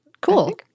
Cool